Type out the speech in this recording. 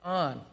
on